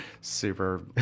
super